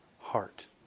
heart